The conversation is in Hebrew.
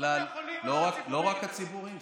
בתי החולים הציבוריים, לא רק הציבוריים.